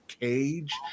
cage